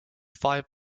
five